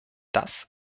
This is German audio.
das